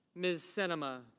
miss cinema.